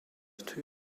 two